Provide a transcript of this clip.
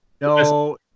no